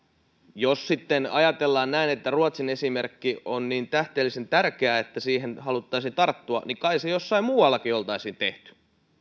jos sitten ajatellaan näin että ruotsin esimerkki on niin tähdellisen tärkeä että siihen haluttaisiin tarttua niin kai se jossain muuallakin olisi tehty